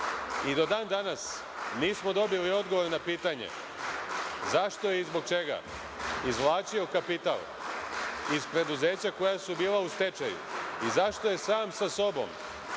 i do dan-danas nismo dobili odgovor na pitanje zašto je i zbog čega izvlačio kapital iz preduzeća koja su bila u stečaju i zašto je sam sa sobom